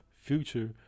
Future